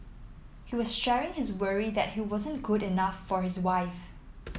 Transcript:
he was sharing his worry that he wasn't good enough for his wife